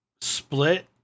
split